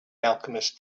alchemist